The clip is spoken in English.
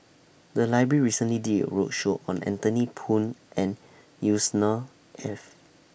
The Library recently did A roadshow on Anthony Poon and Yusnor Ef